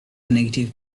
native